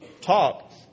talk